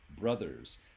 brothers